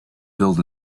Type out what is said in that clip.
build